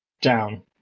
down